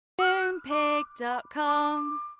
Moonpig.com